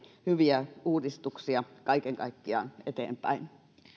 hyviä uudistuksia eteenpäin